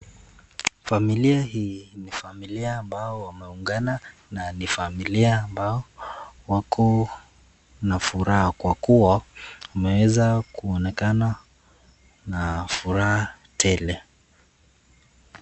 Familia hii ni familia ambao wameungana na ni familia ambao wakona furaha kwa kuwa wameweza kuonekana na furaha tele.